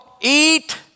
eat